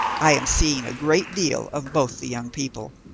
i am seeing a great deal of both the young people,